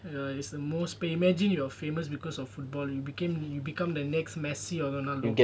ya it's the most pay imagine you are famous because of football you became you become the next messi or ronaldo